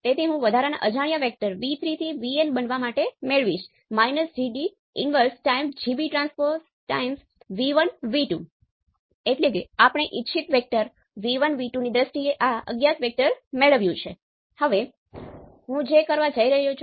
તેથી હું V1 અને I2 ને 0 પર નિશ્ચિત કરી શકું છું